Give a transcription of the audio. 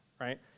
right